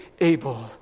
able